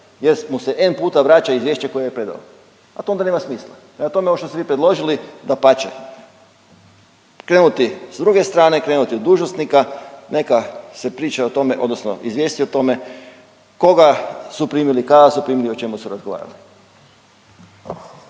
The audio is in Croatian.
jer smo se M puta vraća izvješće koje je predano, a to onda nema smisla. Prema tome, ovo što ste vi predložili dapače, krenuti s druge strane, krenuti od dužnosnika, neka se priča o tome odnosno izvijesti o tome koga su primili, kada su primili, o čemu su razgovarali.